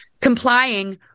complying